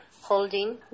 holding